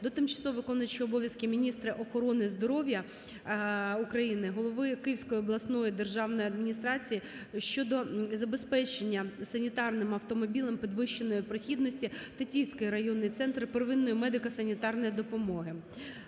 до тимчасово виконуючої обов'язки міністра охорони здоров'я України, голови Київської обласної державної адміністрації щодо забезпечення санітарним автомобілем підвищеної прохідності Тетіївський районний центр первинної медико-санітарної допомоги.